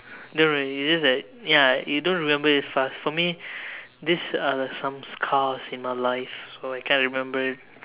don't worry you just like ya you don't remember it fast for me this are some scars in my life so I can remember it